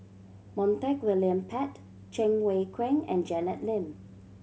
Montague William Pett Cheng Wai Keung and Janet Lim